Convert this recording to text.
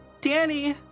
Danny